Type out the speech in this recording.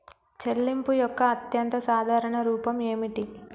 చెల్లింపు యొక్క అత్యంత సాధారణ రూపం ఏమిటి?